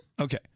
Okay